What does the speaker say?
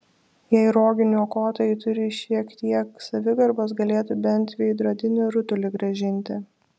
jei rogių niokotojai turi šiek kiek savigarbos galėtų bent veidrodinį rutulį grąžinti